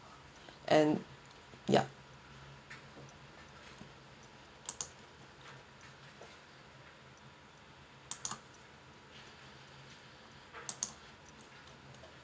and yup